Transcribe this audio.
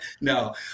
No